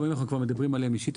אם אנחנו כבר מדברים עליהם אישית,